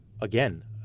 again